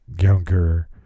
younger